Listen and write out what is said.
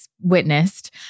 witnessed